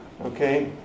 Okay